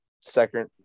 second